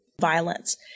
violence